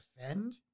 defend